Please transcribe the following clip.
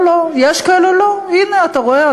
יש כאלה, הנה, אתה רואה.